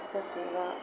सत्यं वा